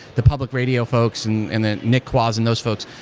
the public radio folks, and and the nick claus and those folks,